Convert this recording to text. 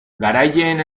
garaileen